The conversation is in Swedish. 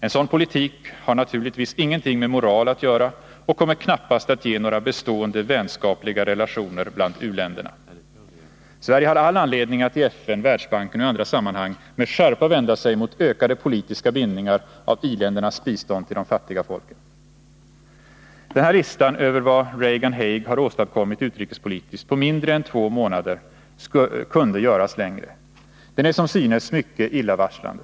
En sådan politik har naturligtvis ingenting med moral att göra och kommer knappast att ge några bestående vänskapliga relationer till u-länderna. Sverige har all anledning att i FN, Världsbanken och i andra sammanhang med skärpa vända sig mot ökade politiska bindningar av i-ländernas bistånd till de fattiga folken. Den här listan över vad Reagan-Haig har åstadkommit utrikespolitiskt på mindre än två månader kunde göras längre. Den är som synes mycket illavarslande.